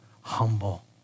humble